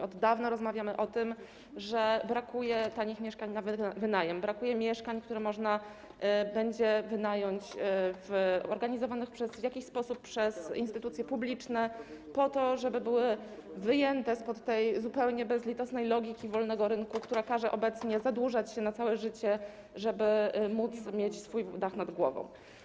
Od dawna rozmawiamy o tym, że brakuje tanich mieszkań na wynajem, brakuje mieszkań, które można będzie wynająć w ramach organizowanych w jakiś sposób przez instytucje publiczne, po to żeby były wyjęte spod tej zupełnie bezlitosnej logiki wolnego rynku, która każe obecnie zadłużać się na całe życie, żeby móc mieć swój dach nad głową.